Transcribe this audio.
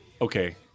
okay